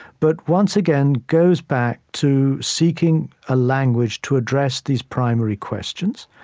but, once again, goes back to seeking a language to address these primary questions.